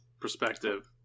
perspective